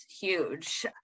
huge